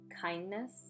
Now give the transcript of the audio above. kindness